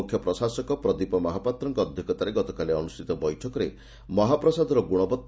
ମୁଖ୍ୟ ପ୍ରଶାସକ ପ୍ରଦୀପ ମହାପାତ୍ରଙ୍କ ଅଧ୍ୟକ୍ଷତାରେ ଗତକାଲି ଅନୁଷ୍ଷିତ ବୈଠକରେ ମହାପ୍ରସାଦର ଗୁଶବଉ